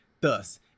Thus